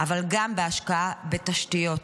אבל גם בהשקעה בתשתיות.